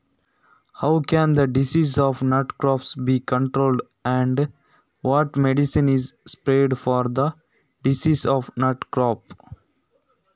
ಅಡಿಕೆ ಬೆಳೆಗಳಿಗೆ ಬರುವ ರೋಗಗಳನ್ನು ಹೇಗೆ ನಿಯಂತ್ರಿಸಬಹುದು ಮತ್ತು ಅಡಿಕೆ ಬೆಳೆಯ ರೋಗಗಳಿಗೆ ಯಾವ ಮದ್ದನ್ನು ಸಿಂಪಡಿಸಲಾಗುತ್ತದೆ?